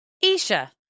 Isha